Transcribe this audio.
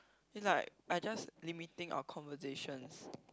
it's like I just limiting our conversations